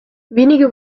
wenige